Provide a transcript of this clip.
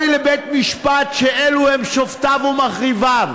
אוי לבית-משפט שאלו הם שופטיו מחריביו.